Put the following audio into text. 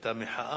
והיתה מחאה.